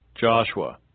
Joshua